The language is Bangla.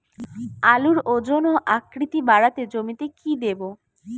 আলুর ওজন ও আকৃতি বাড়াতে জমিতে কি দেবো?